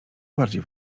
bardziej